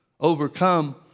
Overcome